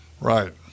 Right